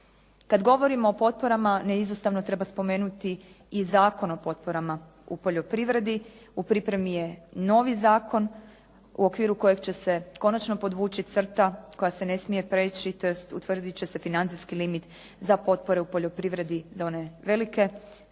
Kada govorimo o potporama neizostavno treba spomenuti i Zakon o potporama u poljoprivredi. U pripremi je novi zakon u okviru kojeg će se konačno podvući crta koja se ne smije preći tj. utvrdit će se financijski limit za potpore u poljoprivredi za one velike tvrtke